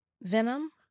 Venom